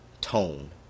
tone